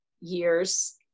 years